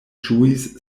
ĝuis